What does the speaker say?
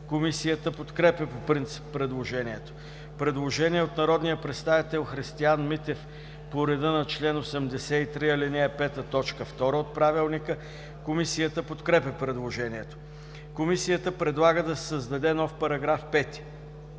Комисията подкрепя по принцип предложението. Предложение на народния представител Христиан Митев по реда на чл. 83, ал. 5. т. 2 от Правилника. Комисията подкрепя предложението. Комисията предлага да се създаде нов § 5: „§ 5.